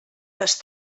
les